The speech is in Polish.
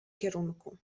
kierunku